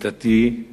עמיתתי